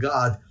God